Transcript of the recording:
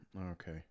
Okay